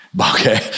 Okay